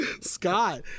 Scott